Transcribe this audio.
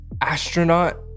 astronaut